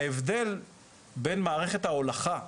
ההבדל בין מערכת ההולכה,